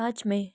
पाँच मे